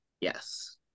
Yes